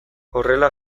horrela